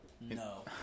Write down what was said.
No